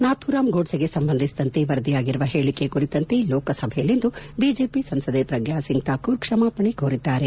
ನಾಥೂರಾಮ್ ಗೋಡ್ಸೆಗೆ ಸಂಬಂಧಿಸಿದಂತೆ ವರದಿಯಾಗಿರುವ ಹೇಳಿಕೆ ಕುರಿತಂತೆ ಲೋಕಸಭೆಯಲ್ಲಿಂದು ಬಿಜೆಪಿ ಸಂಸದೆ ಪ್ರಗ್ನಾ ಸಿಂಗ್ ಠಾಕೂರ್ ಕ್ಷಮಾಪಣೆ ಕೋರಿದ್ದಾರೆ